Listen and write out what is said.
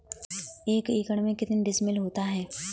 एक एकड़ में कितने डिसमिल होता है?